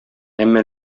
әмма